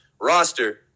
roster